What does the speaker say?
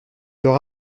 leur